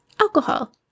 alcohol